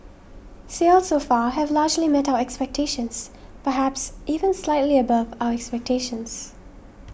sales so far have largely met our expectations perhaps even slightly above our expectations